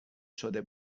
شده